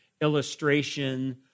illustration